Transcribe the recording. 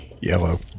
Yellow